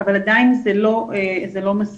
קיבלנו אישור לעבוד פרונטלית,